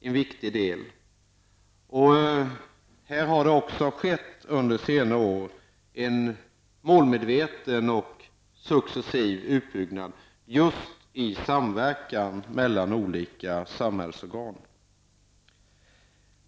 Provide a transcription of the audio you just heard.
Under senare år har det också skett en målmedveten och successiv utbyggnad i samverkan med olika samhällsorgan.